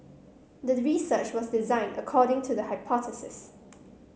the research was designed according to the hypothesis